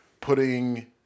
Putting